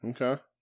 okay